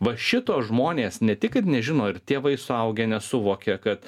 va šito žmonės ne tik kad nežino ir tėvai suaugę nesuvokia kad